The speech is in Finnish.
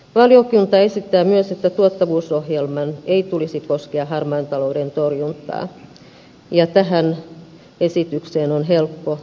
valiokunta esittää myös että tuottavuusohjelman ei tulisi koskea harmaan talouden torjuntaa ja tähän esitykseen on helppo yhtyä